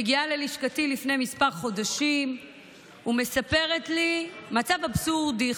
מגיעה ללשכתי לפני כמה חודשים ומספרת לי מצב אבסורדי,